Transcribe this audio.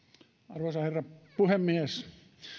arvoisa herra puhemies